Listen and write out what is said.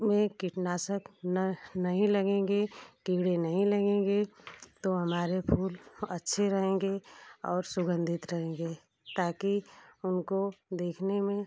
में कीटनाशक न नहीं लगेंगे कीड़े नहीं लगेंगे तो हमारे फूल अच्छे रहेंगे और सुगंधित रहेंगे ताकि उनको देखने में